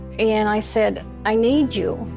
and i said i need you.